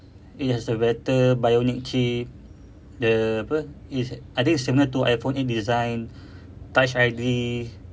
it has a better bionic chip the apa it's I think it's similar to iphone eight design touch I_D